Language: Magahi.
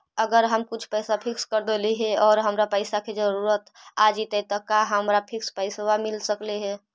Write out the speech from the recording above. अगर हम कुछ पैसा फिक्स कर देली हे और हमरा पैसा के जरुरत आ जितै त का हमरा फिक्स पैसबा मिल सकले हे?